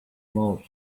most